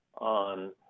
on